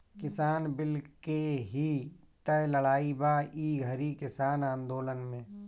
किसान बिल के ही तअ लड़ाई बा ई घरी किसान आन्दोलन में